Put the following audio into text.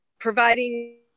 Providing